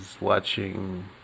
watching